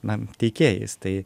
na teikėjais tai